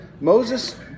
Moses